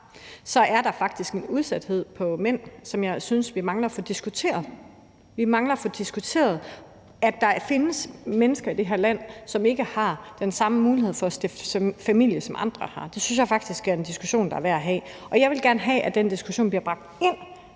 er der faktisk en udsathed blandt mænd, som jeg synes vi mangler at få diskuteret. Vi mangler at få diskuteret, at der findes mennesker i det her land, som ikke har den samme mulighed for at stifte familie, som andre har. Det synes jeg faktisk er en diskussion, der er værd at have. Og jeg vil gerne have, at den diskussion bliver bragt ind